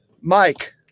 Mike